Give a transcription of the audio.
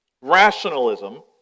rationalism